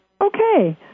Okay